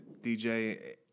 DJ